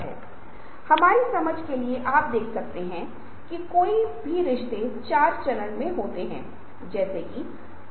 तो एकमात्र वास्तविकता जो हमें उपलब्ध हो जाती है वह मध्यस्थता स्क्रीन की वास्तविकता है